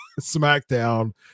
SmackDown